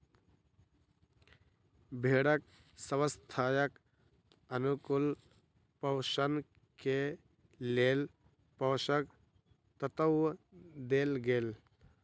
भेड़क स्वास्थ्यक अनुकूल पोषण के लेल पोषक तत्व देल गेल